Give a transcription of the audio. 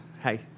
hey